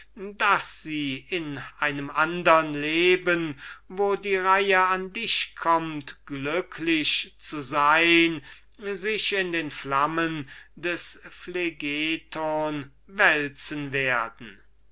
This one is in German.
daß sie in dem andern leben wo die reihe an dich kommt glücklich zu sein sich in den flammen des phlegeton wälzen werden